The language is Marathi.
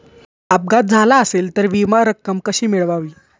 अपघात झाला असेल तर विमा रक्कम कशी मिळवावी?